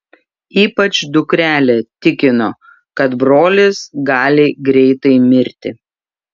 ypač dukrelė tikino kad brolis gali greitai mirti